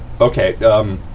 Okay